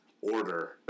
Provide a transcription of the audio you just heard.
order